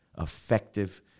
effective